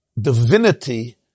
divinity